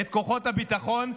את כוחות הביטחון,